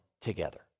together